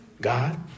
God